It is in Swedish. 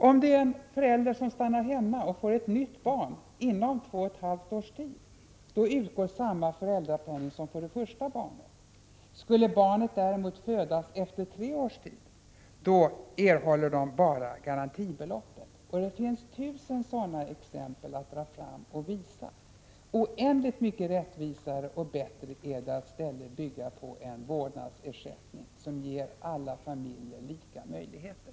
Om en förälder som stannar hemma får ett nytt barn inom två och ett halvt år, då utgår samma föräldrapenning som för det första barnet. Skulle barnet däremot födas efter tre års tid, erhåller man bara garantibeloppet. Och det finns tusen sådana exempel att dra fram och visa. Oändligt mycket rättvisare och bättre är det att i stället bygga på en vårdnadsersättning som ger alla familjer lika möjligheter.